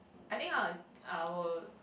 I think I'll I will